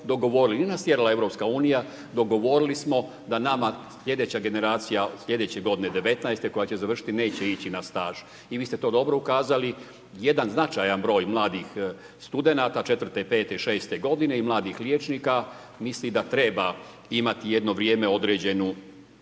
dogovorili, nije nas tjerala EU, dogovorili smo da nama slijedeća generacija, slijedeće godine 2019. koja će završiti, neće ići na staž. I vi ste to dobro ukazali, jedan značajan broj mladih studenata, 4. i 5., 6. godine i mladih liječnika, misli da treba imati jedno vrijeme određeni